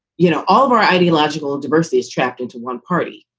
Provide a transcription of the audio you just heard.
you know, all of our ideological diversity is tracked into one party.